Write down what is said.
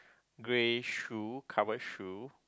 grey shoe covered shoe